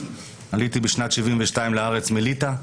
עליתי בשנת 1972 לארץ מליטא,